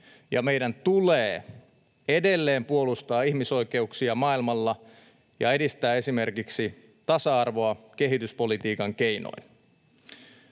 meidän tulee edelleen puolustaa ihmisoikeuksia maailmalla ja edistää esimerkiksi tasa-arvoa kehityspolitiikan keinoin.